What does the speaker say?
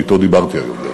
שאתו דיברתי היום,